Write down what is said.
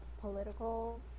political